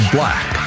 Black